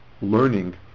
learning